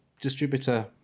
distributor